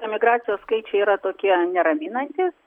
emigracijos skaičiai yra tokie neraminantys